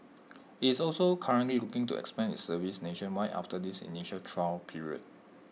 IT is also currently looking to expand its service nationwide after this initial trial period